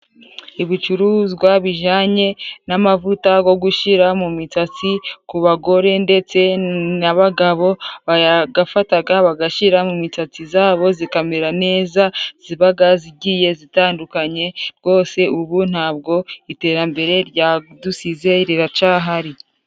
Ibicuruzwa bijyanye n'amavuta yo gushyira mu misatsi ku bagore ndetse n'abagabo. Barayafata bagashyira mu misatsi yabo ikamera neza, iba igiye itandukanye. Rwose ubu nta bwo iterambere rya dusize riracyahari.